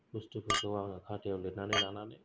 बुस्तुफोरखौ आं खाथायाव लिरनानै लानानै